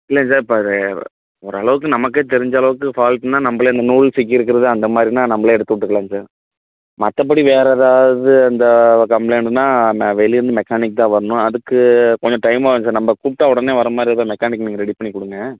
இல்லை சார் இப்போ அது ஓரளவுக்கு நமக்கே தெரிஞ்சளவுக்கு ஃபால்ட்னா நம்பளே அந்த நூல் சிக்கியிருக்குறது அந்த மாதிரின்னா நம்பளே எடுத்து விட்டுக்கலாங்க சார் மற்றபடி வேறு எதாவது இந்த கம்ப்ளைண்டுனா ம வெளியேர்ந்து மெக்கானிக் தான் வரணும் அதுக்கு கொஞ்சம் டைம் ஆகும் சார் நம்ப கூப்பிட்டா உடனே வர மாதிரி இருக்க மெக்கானிக் நீங்கள் ரெடி பண்ணிக் கொடுங்க